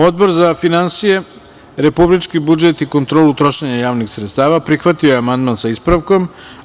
Odbor za finansije, republički budžet i kontrolu trošenja javnih sredstava prihvatio je amandman sa ispravkom.